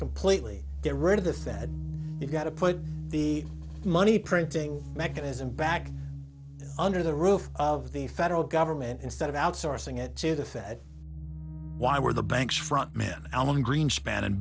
completely get rid of the fed you got to put the money printing mechanism back under the roof of the federal government instead of outsourcing it to the fed why were the banks front man alan greenspan